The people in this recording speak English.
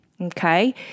Okay